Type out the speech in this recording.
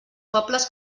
pobles